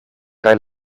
kaj